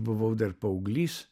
buvau dar paauglys